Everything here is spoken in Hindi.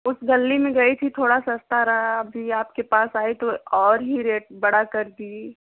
उस गली में गई थी थोड़ा सस्ता रहा अभी आपके पास आई तो और ही रेट बढ़ा कर दी